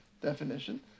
definition